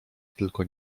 tylko